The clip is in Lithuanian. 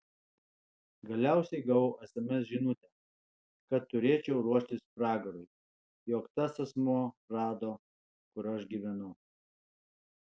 galiausiai gavau sms žinutę kad turėčiau ruoštis pragarui jog tas asmuo rado kur aš gyvenu